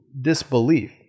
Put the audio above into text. disbelief